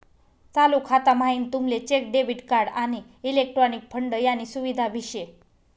चालू खाता म्हाईन तुमले चेक, डेबिट कार्ड, आणि इलेक्ट्रॉनिक फंड यानी सुविधा भी शे